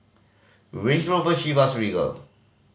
Range Rover Chivas Regal